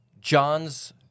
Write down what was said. John's